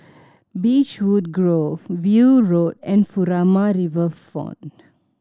Beechwood Grove View Road and Furama Riverfront